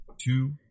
Two